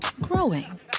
Growing